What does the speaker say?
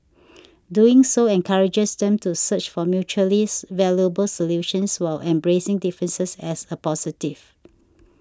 doing so encourages them to search for mutually valuable solutions while embracing differences as a positive